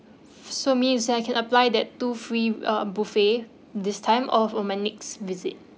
so means that I can apply that two free uh buffet this time or of my next visit